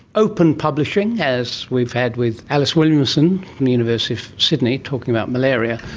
open publishing, as we've had with alice williamson from the university of sydney talking about malaria,